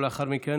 ולאחר מכן,